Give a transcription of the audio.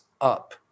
up